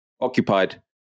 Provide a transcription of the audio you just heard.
occupied